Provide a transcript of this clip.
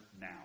now